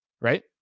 right